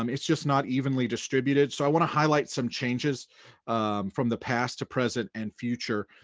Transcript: um it's just not evenly distributed. so i wanna highlight some changes from the past to present and future.